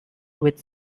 with